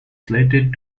slated